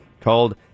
called